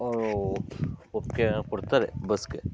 ಅವರು ಒಪ್ಪಿಗೇನ ಕೊಡ್ತಾರೆ ಬಸ್ಸಿಗೆ